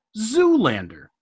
Zoolander